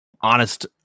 honest